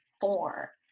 four